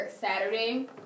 Saturday